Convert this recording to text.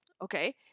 Okay